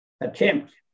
attempt